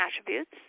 attributes